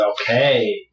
Okay